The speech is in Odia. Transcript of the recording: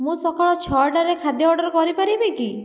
ମୁଁ ସକାଳ ଛଅଟାରେ ଖାଦ୍ୟ ଅର୍ଡ଼ର କରିପାରିବି କି